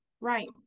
Right